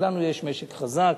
ולנו יש משק חזק.